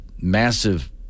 massive